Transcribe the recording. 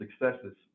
successes